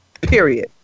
period